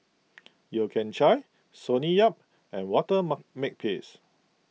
Yeo Kian Chai Sonny Yap and Walter Mark Makepeace